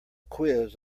quiz